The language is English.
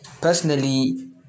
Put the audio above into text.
Personally